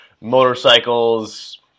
motorcycles